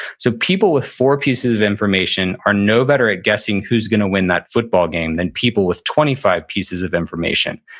so people with four pieces of information are no better at guessing who's going to win that football game than people with twenty five pieces of information.